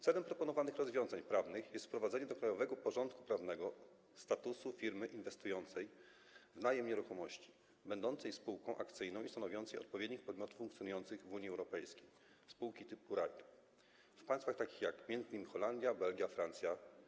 Celem proponowanych rozwiązań prawnych jest wprowadzenie do krajowego porządku prawnego statusu firmy inwestującej w najem nieruchomości, będącej spółką akcyjną i stanowiącej odpowiednik podmiotów funkcjonujących w Unii Europejskiej, spółek typu REIT, w państwach takich jak m.in. Holandia, Belgia, Francja,